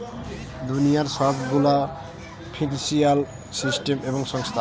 দুনিয়ার সব গুলা ফিন্সিয়াল সিস্টেম এবং সংস্থা